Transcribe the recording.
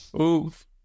Oof